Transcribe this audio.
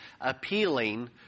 appealing